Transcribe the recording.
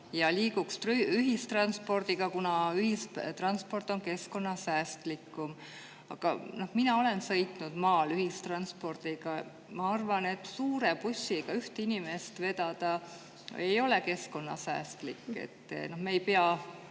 vaid liikuma ühistranspordiga, kuna ühistransport on keskkonnasäästlikum. Mina olen sõitnud maal ühistranspordiga. Ma arvan, et suure bussiga üht inimest vedada ei ole keskkonnasäästlik. Me ei pea